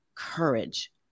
Courage